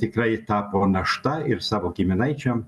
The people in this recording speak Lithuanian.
tikrai tapo našta ir savo giminaičiam